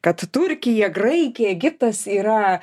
kad turkija graikija egiptas yra